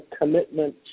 commitment